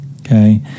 okay